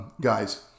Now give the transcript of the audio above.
guys